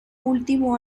último